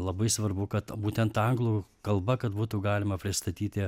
labai svarbu kad būtent anglų kalba kad būtų galima pristatyti